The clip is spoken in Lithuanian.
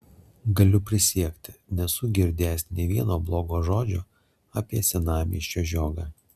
galiu prisiekti nesu girdėjęs nei vieno blogo žodžio apie senamiesčio žiogą